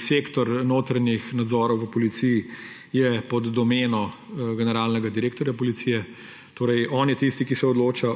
Sektor notranjih nadzorov v policiji je pod domeno generalnega direktorja policije. On je tisti, ki se odloča